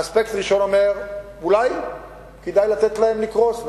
האספקט הראשון אומר שאולי כדאי לתת להם לקרוס.